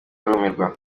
barumirwa